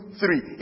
three